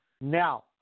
Now